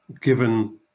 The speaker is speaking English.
given